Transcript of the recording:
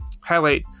highlight